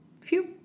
Phew